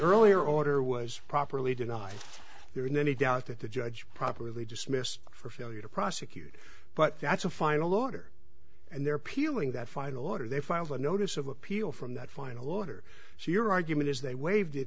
earlier order was properly did not there in any doubt that the judge properly dismissed for failure to prosecute but that's a final order and they're peeling that final order they filed a notice of appeal from that final order so your argument is they waived it